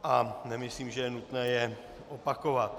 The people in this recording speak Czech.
A nemyslím, že je nutné je opakovat.